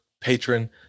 patron